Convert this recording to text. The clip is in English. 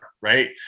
right